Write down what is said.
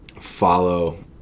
follow